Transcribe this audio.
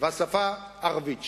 והשפה הערבית.